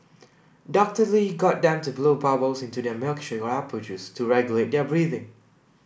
Doctor Lee got them to blow bubbles into their milkshake or apple juice to regulate their breathing